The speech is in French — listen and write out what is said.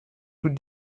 toute